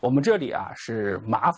well majority are sure